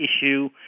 issue